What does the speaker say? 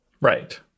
Right